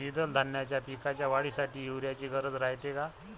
द्विदल धान्याच्या पिकाच्या वाढीसाठी यूरिया ची गरज रायते का?